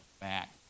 back